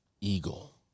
eagle